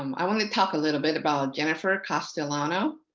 um i want to talk a little bit about jennifer castellano